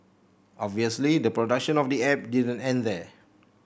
obviously the production of the app didn't end there